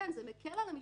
כן, זה מקל על המשטרה.